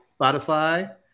Spotify